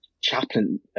chaplain